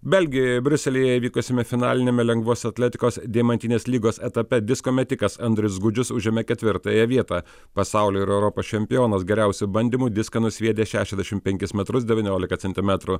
belgijoje briuselyje vykusiame finaliniame lengvos atletikos deimantinės lygos etape disko metikas andrius gudžius užėmė ketvirtąją vietą pasaulio ir europos čempionas geriausiu bandymu diską nusviedė šešiasdešim penkis metrus devyniolika centimetrų